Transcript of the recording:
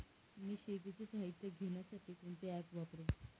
मी शेतीचे साहित्य घेण्यासाठी कोणते ॲप वापरु?